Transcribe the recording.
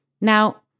Now